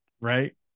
Right